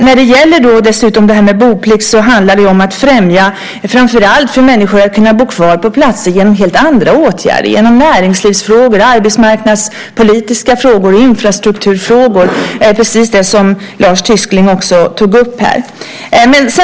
Boplikt handlar framför allt om att främja att människor kan bo kvar på platser genom helt andra åtgärder, genom näringslivsfrågor, arbetsmarknadspolitiska frågor och infrastrukturfrågor, som Lars Tysklind också tog upp här.